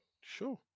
sure